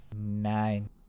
Nine